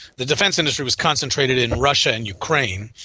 the defence industry was concentrated in russia and ukraine,